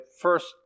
first